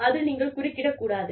அதில் நீங்கள் குறுக்கிடக் கூடாது